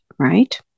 right